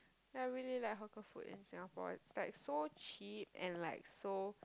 I really like hawker food in Singapore it's like so cheap and like so